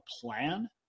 plan